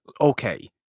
okay